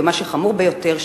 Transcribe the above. ומה שחמור ביותר,